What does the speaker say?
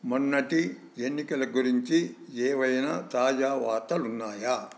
మొన్నటి ఎన్నికల గురించి ఏవైనా తాజా వార్తలున్నాయా